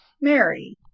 Mary